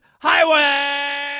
Highway